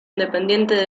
independiente